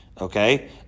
Okay